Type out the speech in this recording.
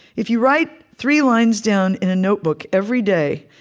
if you write three lines down in a notebook every day,